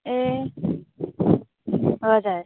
ए हजुर